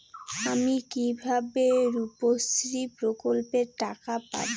আমি কিভাবে রুপশ্রী প্রকল্পের টাকা পাবো?